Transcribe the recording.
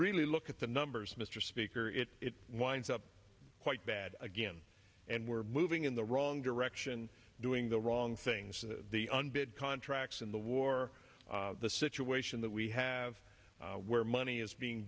really look at the numbers mr speaker it winds up quite bad again and we're moving in the wrong direction doing the wrong things the un bid contracts in the war the situation that we have where money is being